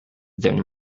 than